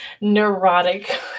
neurotic